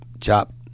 chop